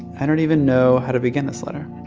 i don't even know how to begin this letter.